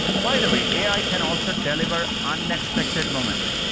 by the way, ai can also deliver unexpected moments.